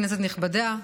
כנסת נכבדה,